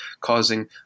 causing